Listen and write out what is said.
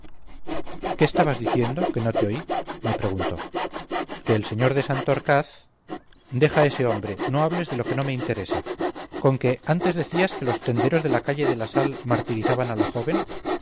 qué estabas diciendo que no te oí me preguntó que el sr de santorcaz deja a ese hombre no hables de lo que no me interesa conque antes decías que los tenderos de la calle de la sal martirizaban a la joven